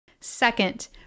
Second